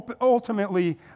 ultimately